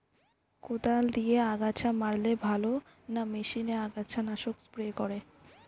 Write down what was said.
কদাল দিয়ে আগাছা মারলে ভালো না মেশিনে আগাছা নাশক স্প্রে করে?